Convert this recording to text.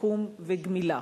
שיקום וגמילה.